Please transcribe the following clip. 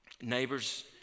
neighbors